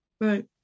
right